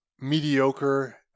mediocre